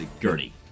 Gertie